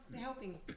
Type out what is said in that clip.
helping